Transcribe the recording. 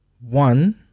one